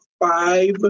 five